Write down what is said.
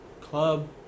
club